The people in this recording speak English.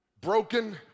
broken